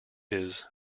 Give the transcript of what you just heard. his